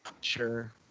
Sure